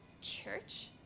church